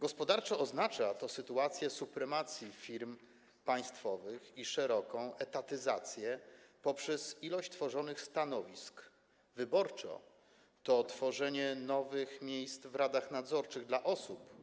Gospodarczo oznacza to sytuację supremacji firm państwowych i szeroką etatyzację poprzez ilość tworzonych stanowisk, wyborczo - to tworzenie nowych miejsc w radach nadzorczych dla osób,